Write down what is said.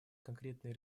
конкретные